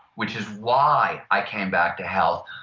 which is why i came back to health.